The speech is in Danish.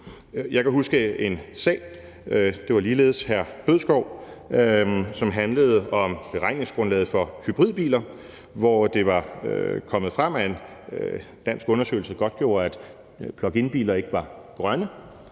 Jeg kan huske en sag – det var ligeledes hr. Morten Bødskov – som handlede om beregningsgrundlaget for hybridbiler, hvor det var kommet frem, at en dansk undersøgelse godtgjorde, at pluginbiler ikke var grønne.